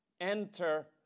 enter